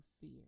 fear